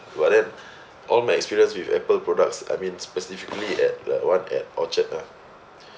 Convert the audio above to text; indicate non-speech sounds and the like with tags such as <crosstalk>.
but then <breath> all my experience with Apple products I mean specifically at the one at orchard ah